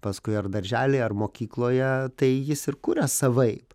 paskui ar daržely ar mokykloje tai jis ir kuria savaip